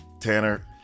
Tanner